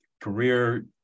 career